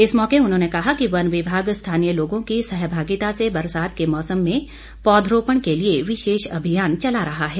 इस मौके उन्होंने कहा कि वन विभाग स्थानीय लोगों की सहभागिता से बरसात के मौसम में पौधरोपण के लिए विशेष अभियान चला रहा है